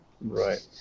right